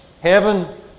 Heaven